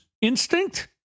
instinct